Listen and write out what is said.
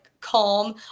calm